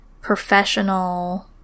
professional